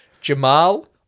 Jamal